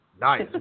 Nice